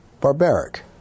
Barbaric